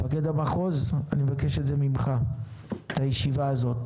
מפקד המחוז, אני מבקש את זה ממך, את הישיבה הזאת